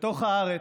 בתוך הארץ,